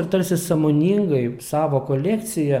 ir tarsi sąmoningai savo kolekcija